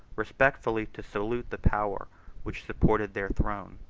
respectfully to salute the power which supported their throne.